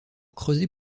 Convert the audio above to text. creuser